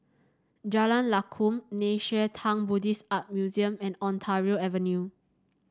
Jalan Lakum Nei Xue Tang Buddhist Art Museum and Ontario Avenue